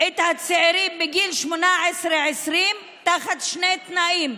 את הצעירים בגיל 18 20 תחת שני תנאים.